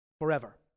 forever